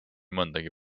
mõndagi